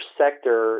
sector